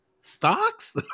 stocks